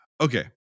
okay